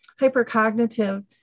hypercognitive